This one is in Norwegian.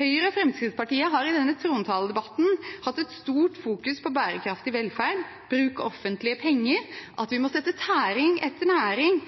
Høyre og Fremskrittspartiet har i denne trontaledebatten hatt et stort fokus på bærekraftig velferd, bruk av offentlige penger, at vi må sette tæring etter næring